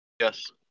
Yes